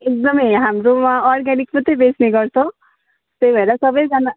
एकदमै हाम्रोमा अर्ग्यानिक मात्रै बेच्ने गर्छ त्यही भएर सबैजाना